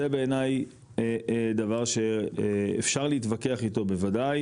זה בעיני דבר שאפשר להתווכח איתו בוודאי